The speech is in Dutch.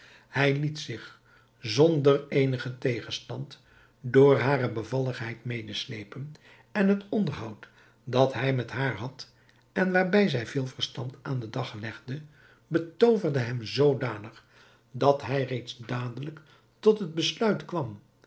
hij liet zich zonder eenigen tegenstand door hare bevalligheid medeslepen en het onderhoud dat hij met haar had en waarbij zij veel verstand aan den dag legde betooverde hem zoodanig dat hij reeds dadelijk tot het besluit kwam